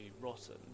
rotten